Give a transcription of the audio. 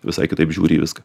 visai kitaip žiūri į viską